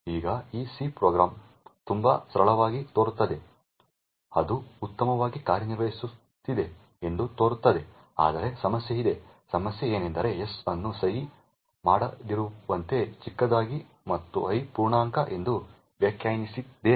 ಈಗ ಈ C program ತುಂಬಾ ಸರಳವಾಗಿ ತೋರುತ್ತದೆ ಅದು ಉತ್ತಮವಾಗಿ ಕಾರ್ಯನಿರ್ವಹಿಸುತ್ತಿದೆ ಎಂದು ತೋರುತ್ತದೆ ಆದರೆ ಸಮಸ್ಯೆ ಇದೆ ಸಮಸ್ಯೆಯೆಂದರೆ ನಾವು s ಅನ್ನು ಸಹಿ ಮಾಡದಿರುವಂತೆ ಚಿಕ್ಕದಾಗಿ ಮತ್ತು i ಪೂರ್ಣಾಂಕ ಎಂದು ವ್ಯಾಖ್ಯಾನಿಸಿದ್ದೇವೆ